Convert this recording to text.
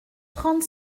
trente